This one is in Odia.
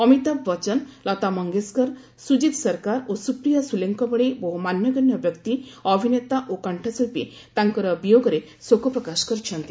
ଅମିତାଭ ବଚ୍ଚନ ଲତା ମଙ୍ଗେସକର ସ୍ୱଜୀତ ସରକାର ଓ ସ୍ୱପ୍ରିୟା ସ୍ୱଲେଙ୍କ ଭଳି ବହ୍ର ମାନ୍ୟଗଣ୍ୟ ବ୍ୟକ୍ତି ଅଭିନେତା ଓ କଣ୍ଠଶିଳ୍ପୀ ତାଙ୍କର ବିୟୋଗରେ ଶୋକ ପ୍ରକାଶ କରିଛନ୍ତି